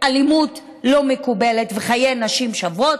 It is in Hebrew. אלימות לא מקובלת וחיי נשים שווים,